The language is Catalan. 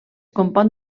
compon